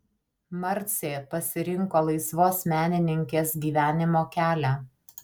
marcė pasirinko laisvos menininkės gyvenimo kelią